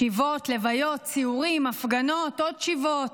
שבעות, לוויות, סיורים, הפגנות, עוד שבעות,